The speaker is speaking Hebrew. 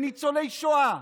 לניצולי שואה,